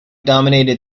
dominated